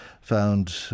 found